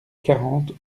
quarante